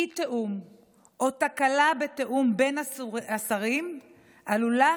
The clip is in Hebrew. אי-תיאום או תקלה בתיאום בין השרים עלולה,